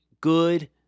good